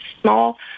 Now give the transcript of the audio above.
small